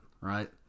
right